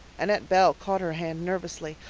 annetta bell caught her hand nervously.